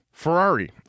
Ferrari